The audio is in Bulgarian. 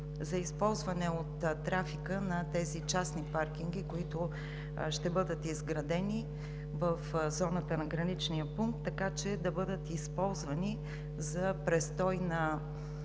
за използване от трафика на тези частни паркинги, които ще бъдат изградени в зоната на граничния пункт, така че да бъдат използвани за престой на